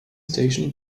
station